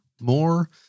more